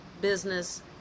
business